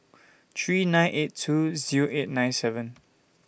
three nine eight two Zero eight nine seven